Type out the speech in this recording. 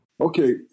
Okay